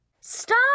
Stop